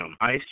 ICE